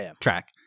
track